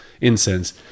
incense